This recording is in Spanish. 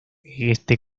este